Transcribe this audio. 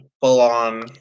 full-on